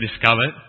discovered